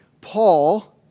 Paul